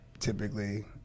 typically